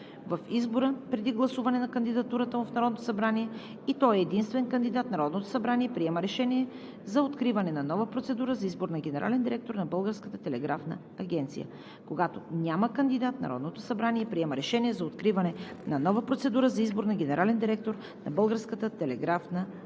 в избора преди гласуване на кандидатурата му в Народното събрание и той е единствен кандидат, Народното събрание приема решение за откриване на нова процедура за избор на генерален директор на Българската телеграфна агенция. Когато няма кандидат, Народното събрание приема решение за откриване на нова процедура за избор на генерален директор на